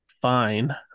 fine